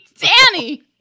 Danny